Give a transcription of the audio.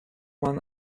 man